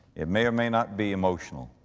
it may or may not be emotional.